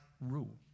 rule